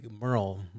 merle